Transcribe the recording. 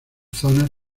zonas